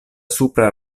supra